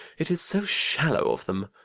it is so shallow of them.